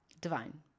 divine